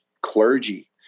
clergy